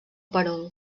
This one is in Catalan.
perol